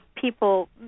people